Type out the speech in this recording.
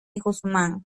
guzmán